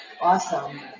awesome